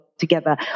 together